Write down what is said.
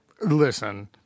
listen